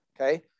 okay